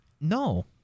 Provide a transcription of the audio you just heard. No